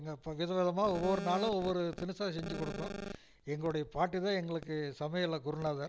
எங்கள் பா விதவிதமாக ஒவ்வொரு நாளும் ஒவ்வொரு தினுசாக செஞ்சு கொடுக்கும் எங்களுடைய பாட்டி தான் எங்களுக்கு சமையலில் குருநாதர்